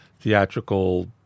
theatrical